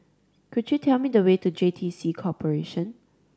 could you tell me the way to J T C Corporation